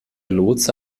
lotse